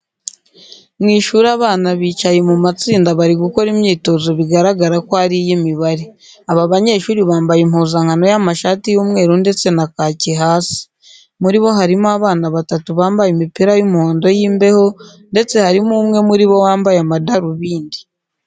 Mu ishuri abana bicaye mu matsinda bari gukora imyitozo bigaragara ko ari iy'imibare. Aba banyeshuri bambaye impuzankano y'amashati y'umweru ndetse na kaki hasi. Muri bo harimo abana batatu bambaye imipira y'umuhondo y'imbeho ndetse harimo umwe muri bo wambaye amadarubindi.